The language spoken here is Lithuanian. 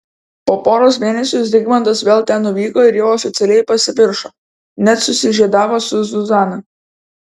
po poros mėnesių zigmantas vėl ten nuvyko ir jau oficialiai pasipiršo net susižiedavo su zuzana